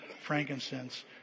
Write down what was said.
frankincense